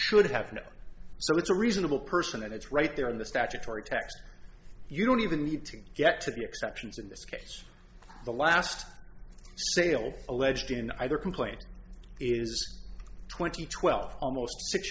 should have no so it's a reasonable person and it's right there in the statutory text you don't even need to get to the exceptions in this case the last sale alleged in either complaint is twenty twelve almost six